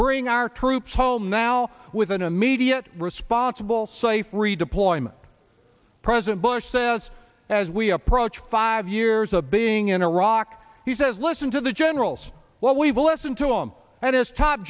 bring our troops home now with an immediate responsible safe redeployment president bush says as we approach five years of being in iraq he says listen to the generals while we will listen to him at his top